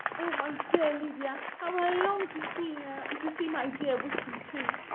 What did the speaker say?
oh, my dear lydia! how i long to see her, and to see my dear wickham too.